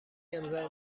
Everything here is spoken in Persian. امضای